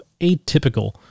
atypical